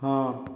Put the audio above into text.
ହଁ